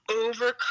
overcome